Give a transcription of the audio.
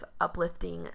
uplifting